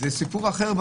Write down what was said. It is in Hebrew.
זה סיפור אחר.